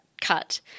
cut